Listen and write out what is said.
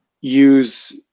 use